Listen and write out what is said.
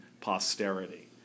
posterity